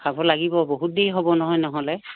খাব লাগিব বহুত দেৰি হ'ব নহয় নহ'লে